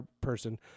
person